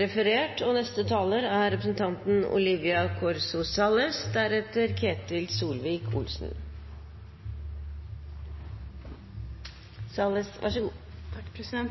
refererte til. SV mener at E39 Rogfast er